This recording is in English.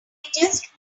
just